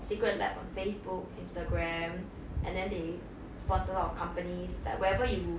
secret lab on facebook instagram and then they sponsor a lot of companies like wherever you